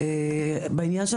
בעניין של